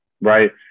Right